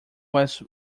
was